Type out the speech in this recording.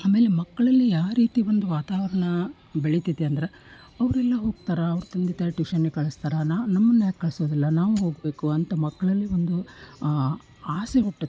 ಆಮೇಲೆ ಮಕ್ಕಳಲ್ಲಿ ಯಾವ ರೀತಿ ಒಂದು ವಾತಾವರಣ ಬೆಳಿತೈತೆ ಅಂದ್ರೆ ಅವರೆಲ್ಲ ಹೋಗ್ತಾರೆ ಅವ್ರ ತಂದೆ ತಾಯಿ ಟ್ಯೂಷನ್ನಿಗೆ ಕಳ್ಸ್ತಾರೆ ನಾವು ನಮ್ಮನ್ನು ಯಾಕೆ ಕಳಿಸೋದಿಲ್ಲ ನಾವೂ ಹೋಗಬೇಕು ಅಂತ ಮಕ್ಕಳಲ್ಲಿ ಒಂದು ಆಸೆ ಹುಟ್ಟುತ್ತೆ